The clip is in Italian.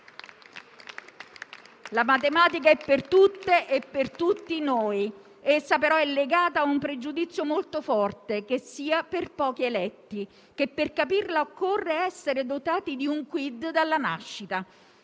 La matematica è per tutte e per tutti noi. Essa, però, è legata ad un pregiudizio molto forte, che sia per pochi eletti e che per capirla occorre essere dotati di un *quid* dalla nascita.